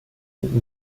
sind